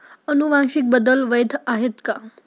अनुवांशिक बदल वैध आहेत का?